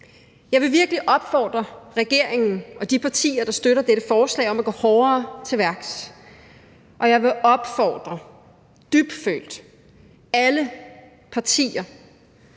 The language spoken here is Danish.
Jeg vil virkelig opfordre regeringen og de partier, der støtter dette forslag, til at gå hårdere til værks, og jeg vil opfordre – dybfølt – alle partier